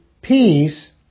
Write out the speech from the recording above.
peace